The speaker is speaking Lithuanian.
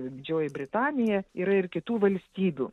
didžioji britanija yra ir kitų valstybių